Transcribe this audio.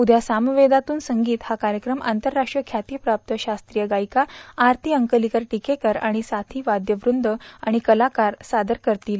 उद्या सामवेदातून संगीत हा कार्यक्रम आंतरराष्ट्रीय ख्याती प्रात्त शास्त्रीय गायिका आरती अंकलीकर टिकेकर आणि सायी वाबवंद आणि कलाकार सादर करतील